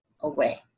away